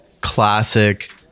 classic